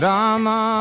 Rama